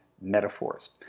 metaphors